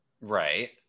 Right